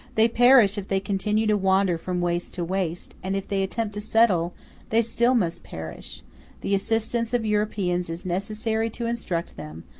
they perish if they continue to wander from waste to waste, and if they attempt to settle they still must perish the assistance of europeans is necessary to instruct them,